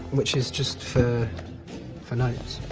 which is just for for notes,